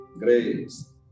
Grace